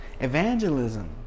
Evangelism